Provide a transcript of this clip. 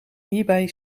hierbij